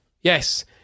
Yes